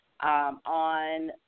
On